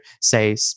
say